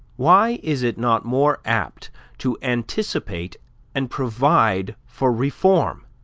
why is it not more apt to anticipate and provide for reform?